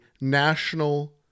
national